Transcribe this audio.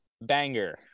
banger